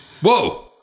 whoa